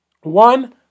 One